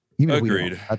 Agreed